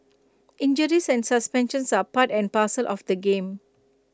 injuries and suspensions are part and parcel of the game